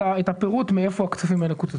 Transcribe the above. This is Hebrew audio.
הפירוט שיראה מהיכן הכספים האלה קוצצו.